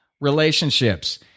relationships